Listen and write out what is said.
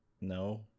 No